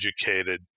educated